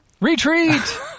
Retreat